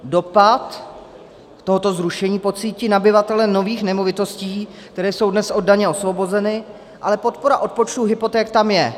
Dopad tohoto zrušení pocítí nabyvatelé nových nemovitostí, které jsou dnes od daně osvobozeny, ale podpora odpočtů hypoték tam je.